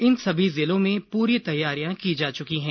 इन सभी जिलों में पूरी तैयारियां की जा चुकी है